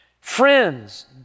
Friends